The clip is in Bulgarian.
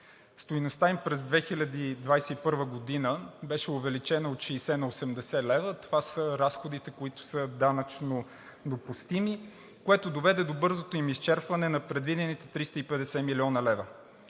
Стойността им през 2021 г. беше увеличена от 60 на 80 лв. – това са разходите, които са данъчно допустими, което доведе до бързото изчерпване на предвидените 350 млн. лв.